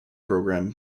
program